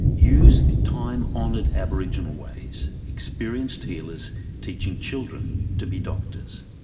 use the time honoured aboriginal ways experienced healers teaching children to be doctors.